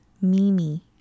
Mimi